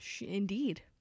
Indeed